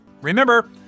Remember